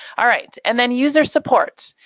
alright, and then user support.